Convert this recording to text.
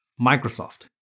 Microsoft